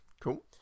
Cool